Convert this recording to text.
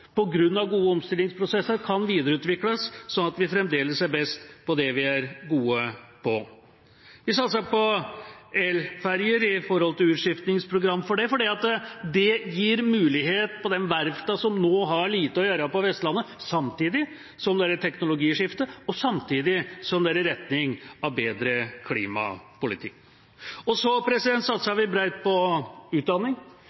gode omstillingsprosesser, kan videreutvikles, sånn at vi fremdeles er best på det vi er gode på. Vi satser på elferjer når det gjelder utskiftingsprogram, fordi det gir muligheter på de verftene på Vestlandet som nå har lite å gjøre, samtidig som det er et teknologiskifte, og samtidig som det er i retning av bedre klimapolitikk.